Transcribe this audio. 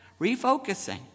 Refocusing